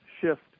shift